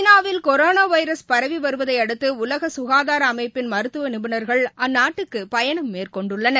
சீனாவில் கொரோணாவைரஸ் பரவிவருவதைஅடுத்து உலகசுகாதாரஅமைப்பின் மருத்துவநிபுணர்கள் அந்நாட்டுக்குபயணம் மேற்கொண்டுள்ளனர்